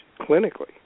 clinically